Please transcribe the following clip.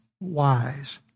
wise